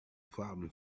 problem